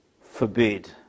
forbid